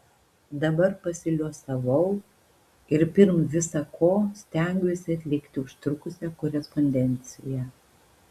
dabar pasiliuosavau ir pirm visa ko stengiuosi atlikti užtrukusią korespondenciją